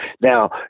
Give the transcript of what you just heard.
Now